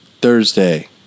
Thursday